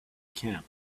camp